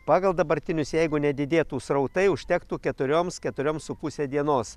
pagal dabartinius jeigu nedidėtų srautai užtektų keturioms keturioms su puse dienos